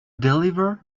deliver